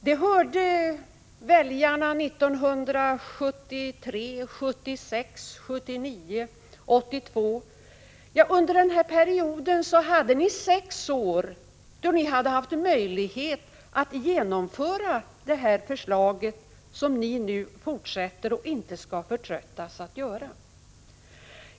Det hörde väljarna 1973, 1976, 1979 och 1982. Under den här perioden hade ni under sex år möjlighet att genomföra det förslag som ni nu fortsätter att driva och som ni inte skall förtröttas att driva.